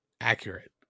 accurate